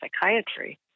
psychiatry